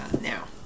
now